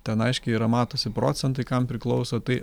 ten aiškiai yra matosi procentai kam priklauso tai